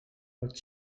pot